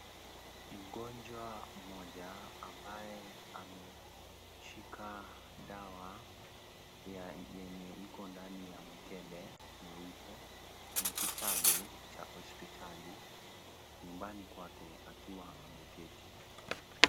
Mgonjwa mmoja ambaye ameshika dawa ya yenye iko ndani ya mkebe mweupe na kitabu cha hospitali nyumbani kwake akiwa ameketi.